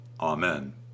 Amen